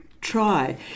try